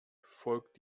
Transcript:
folgt